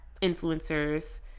influencers